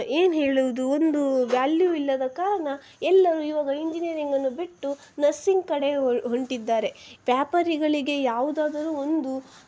ಏನು ಹೇಳುವುದು ಒಂದು ವ್ಯಾಲ್ಯೂ ಇಲ್ಲದ ಕಾರಣ ಎಲ್ಲರೂ ಈವಾಗ ಇಂಜಿನಿಯರಿಂಗನ್ನು ಬಿಟ್ಟು ನರ್ಸಿಂಗ್ ಕಡೆ ಹೊರ್ಟಿದ್ದಾರೆ ವ್ಯಾಪಾರಿಗಳಿಗೆ ಯಾವುದಾದರೂ ಒಂದು